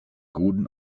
guten